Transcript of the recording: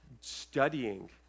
studying